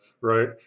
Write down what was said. right